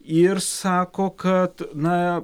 ir sako kad na